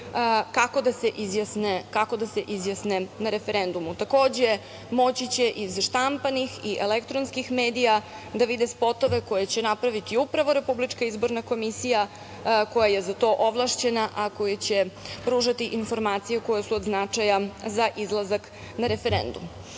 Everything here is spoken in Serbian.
kako da se izjasne na referendumu. Takođe, moći će iz štampanih i elektronskih medija da vide spotove koje će napraviti upravo RIK koja je za to ovlašćena, a koja će pružati informacije koje su od značaja za izlazak na referendum. Kada